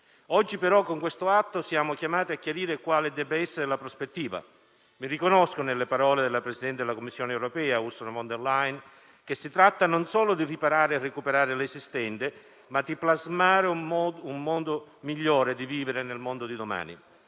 Oggi, però, con questo atto siamo chiamati a chiarire quale deve essere la prospettiva. Mi riconosco nelle parole della presidente della Commissione europea, Ursula von der Leyen: si tratta non solo di riparare e recuperare l'esistente, ma anche di plasmare un modo migliore di vivere nel mondo di domani.